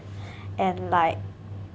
and like